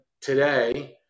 today